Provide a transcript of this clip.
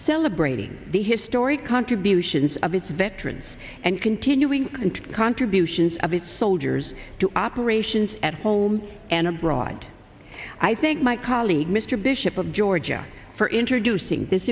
celebrating the historic contributions of its veterans and continuing and contributions of its soldiers to operations at home and abroad i think my colleague mr bishop of georgia for introducing this